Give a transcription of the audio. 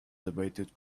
debated